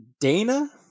dana